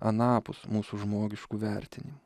anapus mūsų žmogiškų vertinimų